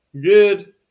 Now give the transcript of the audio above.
good